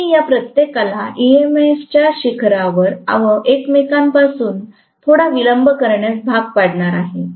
तर मी त्या प्रत्येकाला ईएमएफच्या शिखरा वर एकमेकांपासून थोडा विलंब करण्यास भाग पाडणार आहे